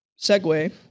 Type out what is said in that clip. segue